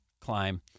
climb